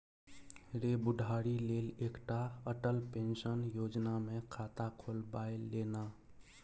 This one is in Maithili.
रे बुढ़ारी लेल एकटा अटल पेंशन योजना मे खाता खोलबाए ले ना